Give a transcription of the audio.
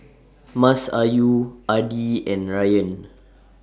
Masayu Adi and Ryan